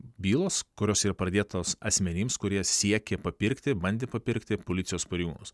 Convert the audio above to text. bylos kurios yra pradėtos asmenims kurie siekė papirkti bandė papirkti policijos pareigūnus